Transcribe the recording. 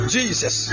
Jesus